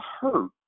hurt